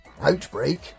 Outbreak